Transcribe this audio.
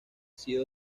sido